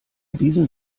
diesem